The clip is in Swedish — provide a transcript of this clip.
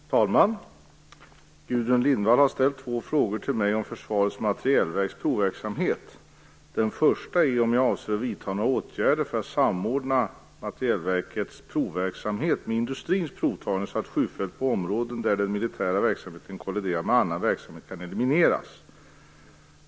Fru talman! Gudrun Lindvall har ställt två frågor till mig om Försvarets materielverks provverksamhet. Den första är om jag avser att vidta några åtgärder för att samordna Materielverkets provverksamhet med industrins provning, så att skjutfält på områden där den militära verksamheten kolliderar med annan verksamhet kan elimineras.